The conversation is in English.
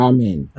Amen